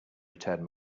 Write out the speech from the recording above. returned